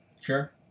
Sure